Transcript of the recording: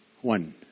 One